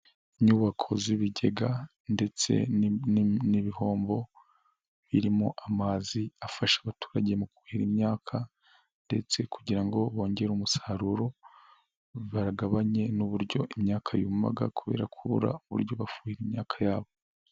Inyubako z'ibigega ndetse n'ibihombo birimo amazi, afasha abaturage mu kuhira imyaka, ndetse kugira ngo bongere umusaruro bagabanye n'uburyo imyaka yumagara kubera kubura uburyo bakuhira imyaka yabo.